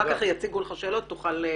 אחר כך יציגו לך שאלות ותוכל לענות.